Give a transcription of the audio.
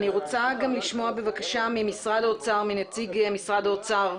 אני מודיעה שעדיין לא נדון עכשיו ברוויזיה הזו,